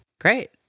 Great